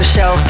Show